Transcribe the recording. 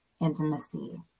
intimacy